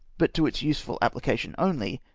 but to its useful apphcation only,